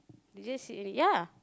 he just say only yeah